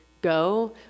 go